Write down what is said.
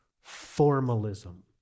formalism